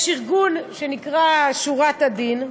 יש ארגון שנקרא "שורת הדין",